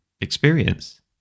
experience